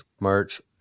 merch